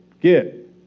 get